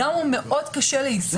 אם הדעות חלוקות השליחים הם שליחים נאמנים.